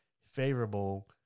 favorable